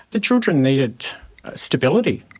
the children needed stability,